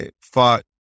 fought